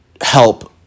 help